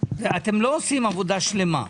אתם לא עושים עבודה שלמה.